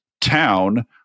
town